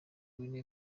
guinee